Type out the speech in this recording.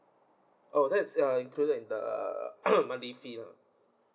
oh that's uh included in the monthly fee lah